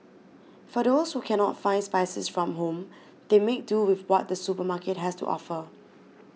for those who cannot find spices from home they make do with what the supermarket has to offer